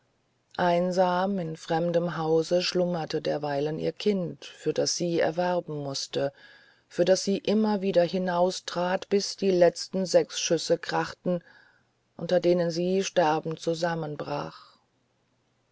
einsam im fremden hause schlummerte derweil ihr kind für das sie erwerben mußte für das sie immer wieder hinaustrat bis die letzten sechs schüsse krachten unter denen sie sterbend zusammenbrach